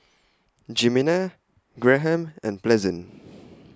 Jimena Graham and Pleasant